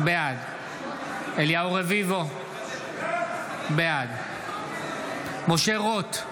בעד אליהו רביבו, בעד משה רוט,